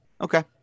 Okay